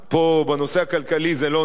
פה, בנושא הכלכלי, זה לא נוח.